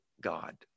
God